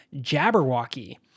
Jabberwocky